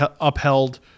upheld